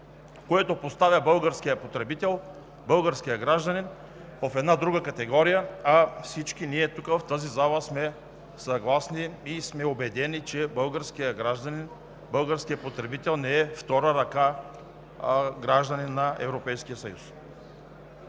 Това поставя българския потребител, българския гражданин в друга категория, а всички ние тук, в тази зала, сме съгласни и сме убедени, че българският гражданин, българският потребител не е втора ръка гражданин на Европейския съюз.